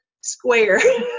square